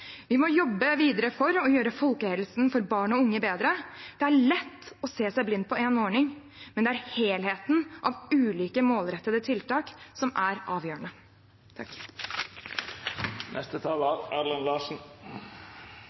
Vi må jobbe videre for å gjøre folkehelsen for barn og unge bedre. Det er lett å se seg blind på én ordning, men det er helheten av ulike målrettede tiltak som er avgjørende.